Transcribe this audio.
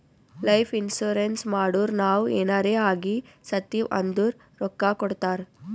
life insurance ಮಾಡುರ್ ನಾವ್ ಎನಾರೇ ಆಗಿ ಸತ್ತಿವ್ ಅಂದುರ್ ರೊಕ್ಕಾ ಕೊಡ್ತಾರ್